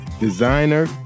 Designer